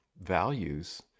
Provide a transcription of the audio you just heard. values